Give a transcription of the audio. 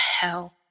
hell